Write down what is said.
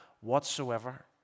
whatsoever